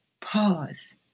Pause